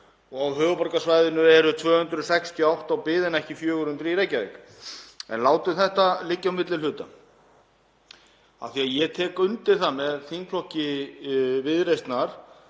og á höfuðborgarsvæðinu eru 268 á bið en ekki 400 í Reykjavík. En látum það liggja á milli hluta af því að ég tek undir það með þingflokki Viðreisnar